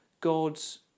God's